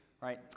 right